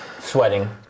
Sweating